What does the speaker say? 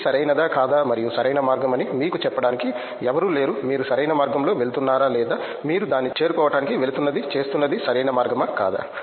ఇది సరైనదా కాదా మరియు సరైన మార్గం అని మీకు చెప్పడానికి ఎవరూ లేరు మీరు సరైన మార్గంలో వెళుతున్నారా లేదా మీరు దాన్ని చేరుకోవటానికి వెలుతున్నది చేస్తున్నది సరైన మార్గమా కాదా